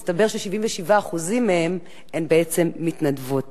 מסתבר ש-77% מהם הם בעצם מתנדבות.